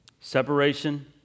Separation